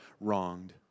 wronged